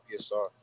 PSR